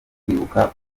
kwibuka